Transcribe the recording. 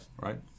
right